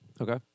Okay